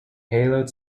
payload